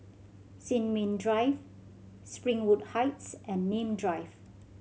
Sin Ming Drive Springwood Heights and Nim Drive